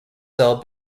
cell